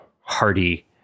hearty